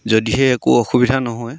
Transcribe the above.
যদিহে একো অসুবিধা নহয়